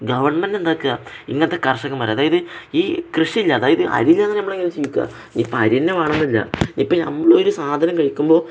government എന്താണ് ചെയ്യേണ്ടത് ഇങ്ങനെയുള്ള കർഷകന്മാരെ അതായത് ഈ കൃഷിയില്ലാത്ത അതായത് അരിയില്ലാതെ നമുക്കെങ്ങനെയെങ്കിലും ജീവിക്കാം ഇപ്പം അരി തന്നെ വേണമെന്നില്ല ഇപ്പം നമ്മളൊരു സാധനം കഴിക്കുമ്പോള്